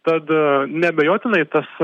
tad neabejotinai tas